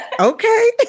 Okay